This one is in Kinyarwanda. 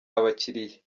abakiriya